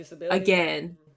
again